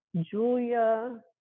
Julia